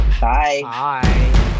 Bye